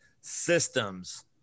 systems